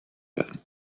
werden